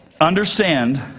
Understand